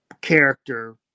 character